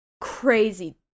crazy